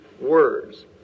words